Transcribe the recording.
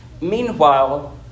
Meanwhile